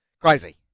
Crazy